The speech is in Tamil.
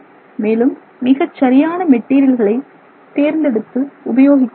மேலும் மிகச்சரியான மெட்டீரியல்களை தேர்ந்தெடுத்து உபயோகிக்க முடியும்